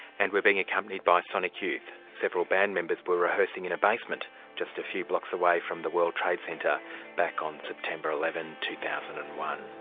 and we're being accompanied by sonic youth. several band members were rehearsing in a basement just a few blocks away from the world trade center back on september eleven, two thousand and one.